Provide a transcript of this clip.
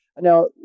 Now